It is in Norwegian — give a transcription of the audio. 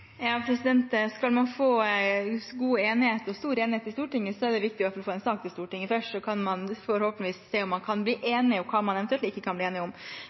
Skal man få god enighet og stor enighet i Stortinget, er det i hvert fall viktig å få en sak til Stortinget først, og så kan man forhåpentligvis se om man kan bli enige – og hva man eventuelt ikke kan bli enige om.